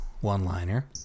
one-liner